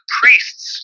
priests